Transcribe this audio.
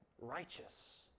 righteous